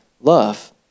love